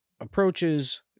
Approaches